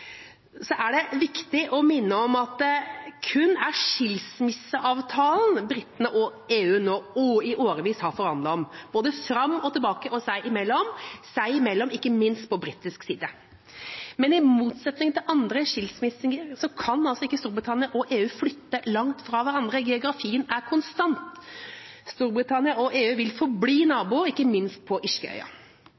er det viktig å minne om at det kun er skilsmisseavtalen britene og EU i årevis har forhandlet om, både fram og tilbake og seg imellom – seg imellom ikke minst på britisk side. Men i motsetning til ved andre skilsmisser kan ikke Storbritannia og EU flytte langt fra hverandre; geografien er konstant. Storbritannia og EU vil forbli